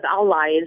allies